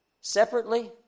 Separately